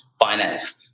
finance